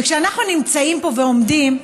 וכשאנחנו נמצאים פה ועומדים,